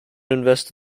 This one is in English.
invested